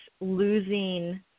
losing